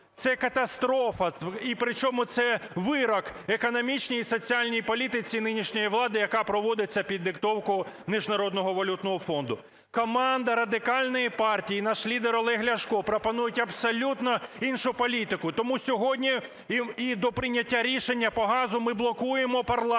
це катастрофа. І причому це вирок економічній і соціальній політиці нинішньої влади, яка проводиться під диктовку Міжнародного валютного фонду. Команда Радикальної партії, наш лідер Олег Ляшко пропонують абсолютно іншу політику. Тому сьогодні і до прийняття рішення по газу ми блокуємо парламентську